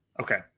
Okay